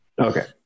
Okay